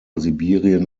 sibirien